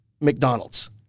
McDonald's